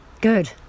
Good